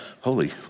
holy